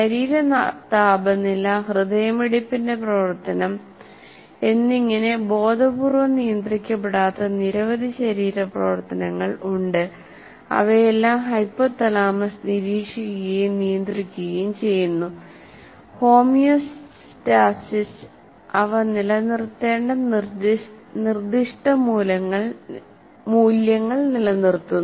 ശരീര താപനില ഹൃദയമിടിപ്പിന്റെ പ്രവർത്തനംഎന്നിങ്ങനെ ബോധപൂർവ്വം നിയന്ത്രിക്കപ്പെടാത്ത നിരവധി ശരീര പ്രവർത്തനങ്ങൾ ഉണ്ട് അവയെല്ലാം ഹൈപ്പോഥലാമസ് നിരീക്ഷിക്കുകയും നിയന്ത്രിക്കുകയും ചെയ്യുന്നു ഹോമിയോസ്റ്റാസിസ് അവ നിലനിർത്തേണ്ട നിർദ്ദിഷ്ട മൂല്യങ്ങൾ നിലനിർത്തുന്നു